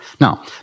Now